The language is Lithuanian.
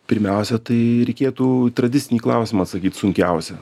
pirmiausia tai reikėtų tradicinį klausimą atsakyt sunkiausią